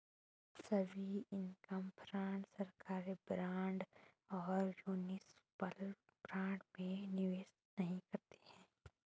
सभी income fund सरकारी bond और म्यूनिसिपल बॉन्ड में निवेश नहीं करते हैं